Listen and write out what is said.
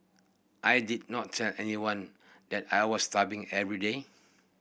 I did not tell anyone that I was starving every day